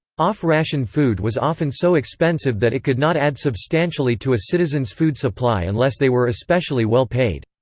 off-ration food was often so expensive that it could not add substantially to a citizen's food supply unless they were especially well-paid.